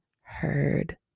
heard